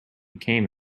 came